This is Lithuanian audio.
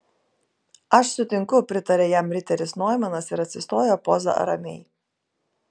aš sutinku pritarė jam riteris noimanas ir atsistojo poza ramiai